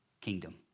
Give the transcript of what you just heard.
kingdom